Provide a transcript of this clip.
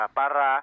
para